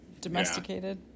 domesticated